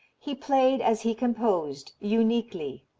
he played as he composed uniquely.